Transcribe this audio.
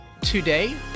Today